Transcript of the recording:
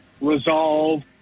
resolve